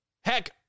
Heck